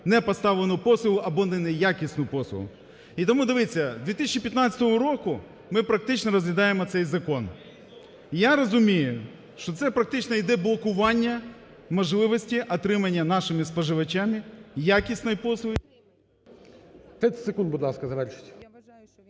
непоставлену послугу або неякісну послугу. І тому, дивіться, з 2015 року ми практично розглядаємо цей закон. Я розумію, що це практично йде блокування можливості отримання нашими споживачами якісної послуги…